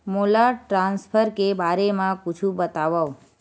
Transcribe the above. मोला ट्रान्सफर के बारे मा कुछु बतावव?